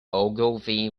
ogilvy